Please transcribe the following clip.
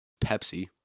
Pepsi